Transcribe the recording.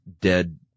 dead